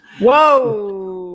Whoa